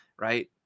right